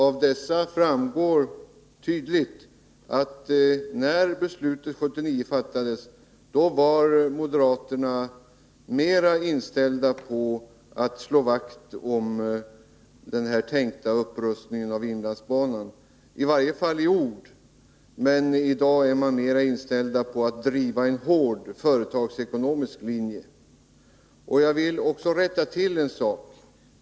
Av dessa framgår tydligt att när beslutet fattades 1979 var moderaterna mer inställda på att slå vakt om den tilltänkta upprustningen av inlandsbanan — i varje fall i ord. Men i dag är de mer inställda på att driva en hård företagsekonomisk linje. Jag vill också rätta till en sak.